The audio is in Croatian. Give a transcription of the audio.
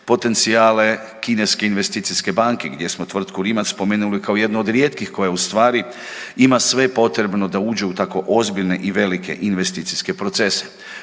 potencijale Kineske investicijske banke gdje smo tvrtku Rimac spomenuli kao jednu od rijetkih koja u stvari ima sve potrebno da uđe u tako ozbiljne i velike investicijske procese.